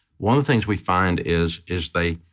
one of the things we find is is they,